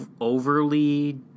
overly